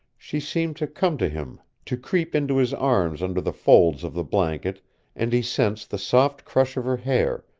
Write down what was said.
she seemed to come to him, to creep into his arms under the folds of the blanket and he sensed the soft crush of her hair,